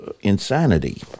Insanity